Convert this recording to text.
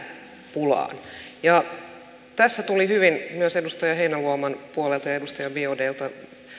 pulaan tässä tuli hyvin myös edustaja heinäluoman puolelta ja edustaja biaudetlta